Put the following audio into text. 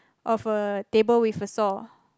of a table with a saw